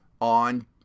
on